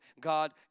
God